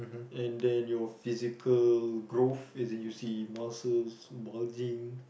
and then your physical growth as in you see muscles bulging